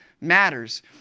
matters